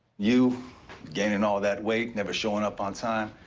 you gaining all that weight, never showing up on time,